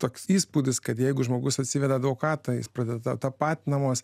toks įspūdis kad jeigu žmogus atsiveda advokatą jis pradeda tapatinamas